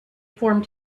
formed